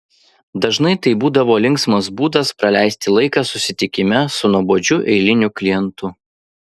dažnai tai būdavo linksmas būdas praleisti laiką susitikime su nuobodžiu eiliniu klientu